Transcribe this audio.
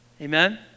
amen